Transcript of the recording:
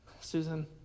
Susan